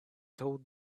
told